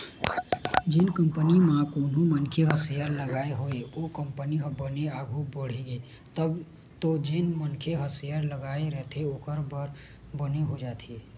जेन कंपनी म कोनो मनखे ह सेयर लगाय हवय ओ कंपनी ह बने आघु बड़गे तब तो जेन मनखे ह शेयर लगाय रहिथे ओखर बर बने हो जाथे